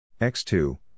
X2